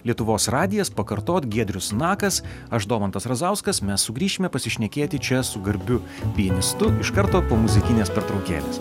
lietuvos radijas pakartot giedrius nakas aš domantas razauskas mes sugrįšime pasišnekėti čia su garbiu pianistu iš karto po muzikinės pertraukėlės